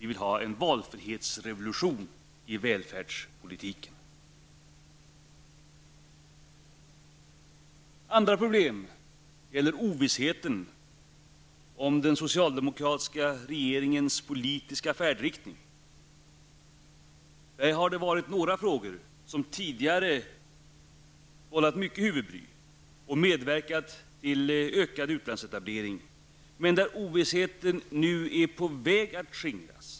Vi vill ha en valfrihetsrevolution i välfärdspolitiken. Andra problem gäller ovissheten om den socialdemokratiska regeringens politiska färdriktning. Där har några frågor tidigare vållat mycken huvudbry och medverkat till ökad utlandsetablering. Men den ovissheten är nu på väg att skingras.